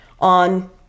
on